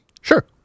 sure